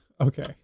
okay